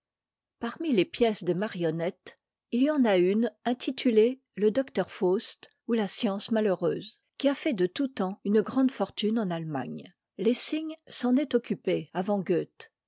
parmi les pièces des marionnettes il y en a une intitulée le docteur faust ok la c emee ka aem e me qui a fait de tout temps une grande fortune en allemagne lessing s'en est occupé avant goethe